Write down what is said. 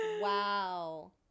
Wow